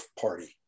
party